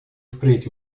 впредь